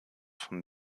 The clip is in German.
von